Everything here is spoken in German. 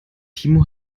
timo